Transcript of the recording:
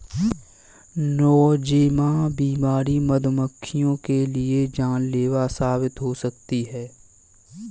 Nosema बीमारी मधुमक्खियों के लिए जानलेवा साबित हो सकती है